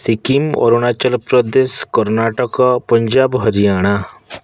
Sikkim Arunachal Pradesh Karnataka Punjab Haryana